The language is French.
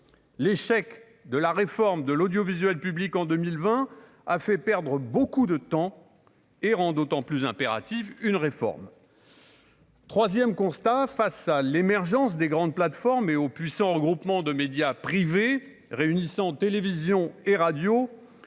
l'échec de la réforme de l'audiovisuel public en 2020, a fait perdre beaucoup de temps et rend d'autant plus impérative une réforme. 3ème constat face à l'émergence des grandes plateformes et au puissant regroupement de médias privés réunissant Télévision et radio,